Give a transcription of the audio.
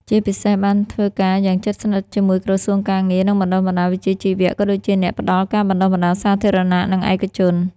ជាពិសេស បានធ្វើការយ៉ាងជិតស្និទ្ធជាមួយក្រសួងការងារ និងបណ្តុះបណ្តាលវិជ្ជាជីវៈ ក៏ដូចជាអ្នកផ្តល់ការបណ្តុះបណ្តាលសាធារណៈ និងឯកជន។